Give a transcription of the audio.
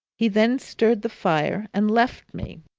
he then stirred the fire and left me.